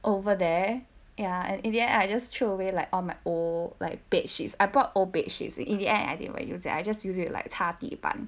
over there ya and in the end I just throw away like all my old like bed sheets I brought old bed sheets in the end I didn't even use it I just use it like 擦地板